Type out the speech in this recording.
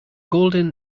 golden